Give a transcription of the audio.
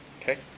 Okay